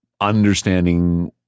understanding